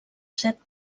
set